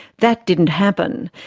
that didn't happen.